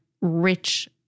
Rich